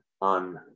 on